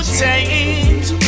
change